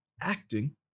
acting